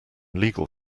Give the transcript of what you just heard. legal